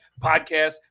podcast